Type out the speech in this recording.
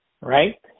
right